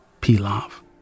pilaf